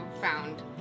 found